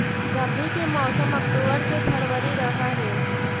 रब्बी के मौसम अक्टूबर से फ़रवरी रह हे